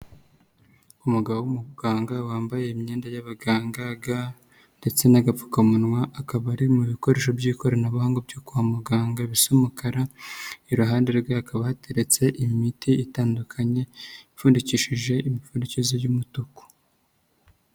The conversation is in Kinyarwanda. Umugabo w'umuganga wambaye imyenda y'abaganga ga ndetse n'agapfukamunwa akaba ari mu bikoresho by'ikoranabuhanga byo kwa muganga bisa umukara, iruhande rwe hakaba hateretse imiti itandukanye ipfundikishije imipfundikizo y'umutuku.